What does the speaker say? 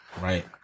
right